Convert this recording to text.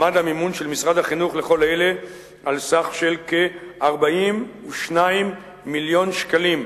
עמד המימון של משרד החינוך לכל אלה על סך של כ-42 מיליון שקלים.